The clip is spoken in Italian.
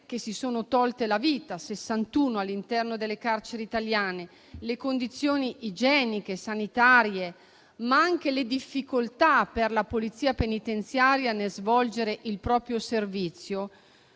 che si sono tolte la vita, sessantuno, all'interno delle carceri italiane, così come le condizioni igieniche e sanitarie ma anche le difficoltà per la polizia penitenziaria nello svolgere il proprio servizio,